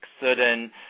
certain